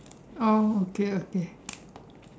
oh okay okay